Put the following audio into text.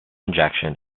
injection